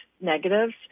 negatives